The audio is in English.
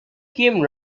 came